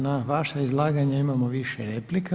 Na vaše izlaganje imamo više replika.